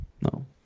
No